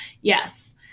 yes